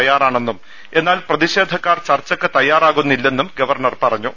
തയ്യാറാണെന്നും എന്നാൽ പ്രതിഷേധക്കാർ ചർച്ചക്ക് തയ്യാറാകുന്നില്ലെന്നും ഗവർണർ പറഞ്ഞു